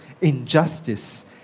injustice